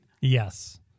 Yes